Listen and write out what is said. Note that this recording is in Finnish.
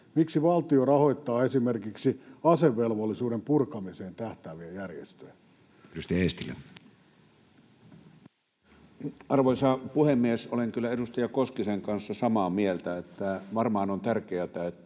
Miksi valtio rahoittaa esimerkiksi asevelvollisuuden purkamiseen tähtääviä järjestöjä? Edustaja Eestilä. Arvoisa puhemies! Olen kyllä edustaja Koskisen kanssa samaa mieltä, että varmaan on tärkeätä, että